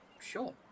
Sure